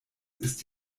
ist